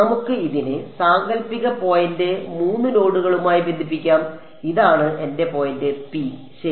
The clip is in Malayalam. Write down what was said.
നമുക്ക് ഇതിനെ സാങ്കൽപ്പിക പോയിന്റ് 3 നോഡുകളുമായി ബന്ധിപ്പിക്കാം ഇതാണ് എന്റെ പോയിന്റ് പി ശരി